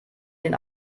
den